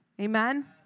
Amen